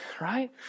Right